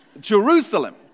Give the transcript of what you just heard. Jerusalem